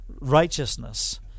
righteousness